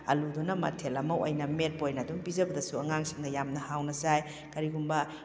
ꯑꯂꯨꯗꯨꯅ ꯃꯊꯦꯜ ꯑꯃ ꯑꯣꯏꯅ ꯃꯦꯠꯄ ꯑꯣꯏꯅ ꯑꯗꯨꯝ ꯄꯤꯖꯕꯗꯁꯨ ꯑꯉꯥꯡꯁꯤꯡꯅ ꯌꯥꯝꯅ ꯍꯥꯎꯅ ꯆꯥꯏ ꯀꯔꯤꯒꯨꯝꯕ